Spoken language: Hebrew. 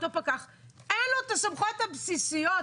אין לו את הסמכויות הבסיסיות.